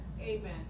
Amen